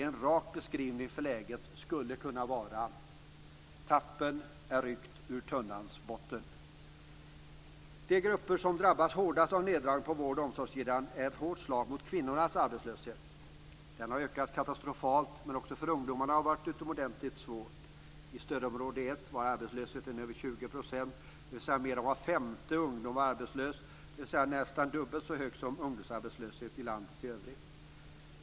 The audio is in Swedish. En rak beskrivning av läget skulle kunna vara: Tappen är ryckt ur tunnans botten. Den grupp som drabbats hårdast av neddragningarna på vård och omsorgssidan är kvinnorna. Denna arbetslöshet har ökat katastrofalt, men också för ungdomarna har det varit utomordentligt svårt. I stödområde 1 var arbetslösheten över 20 %, dvs. att mer än var femte ungdom var arbetslös. Ungdomsarbetslösheten där var nästan dubbelt så hög som i landet i övrigt.